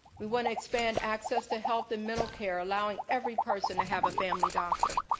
we want to expand access to health and mental care allowing every person to have a family doctor.